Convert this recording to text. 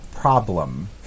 Problem